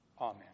Amen